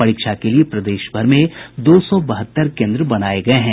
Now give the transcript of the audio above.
परीक्षा के लिए प्रदेश भर में दो सौ बहत्तर केन्द्र बनाये गये हैं